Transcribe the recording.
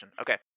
Okay